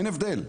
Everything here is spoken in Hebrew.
אין הבדל.